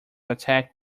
attack